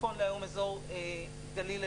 אזורי גליל עליון,